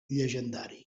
llegendari